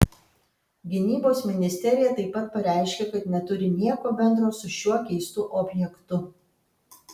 gynybos ministerija taip pat pareiškė kad neturi nieko bendro su šiuo keistu objektu